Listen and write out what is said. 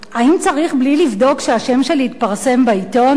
האם צריך בלי לבדוק שהשם שלי יתפרסם בעיתון?"